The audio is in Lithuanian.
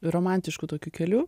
romantišku tokiu keliu